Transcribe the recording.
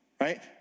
right